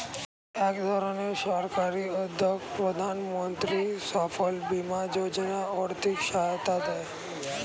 একধরনের সরকারি উদ্যোগ প্রধানমন্ত্রী ফসল বীমা যোজনা আর্থিক সহায়তা দেয়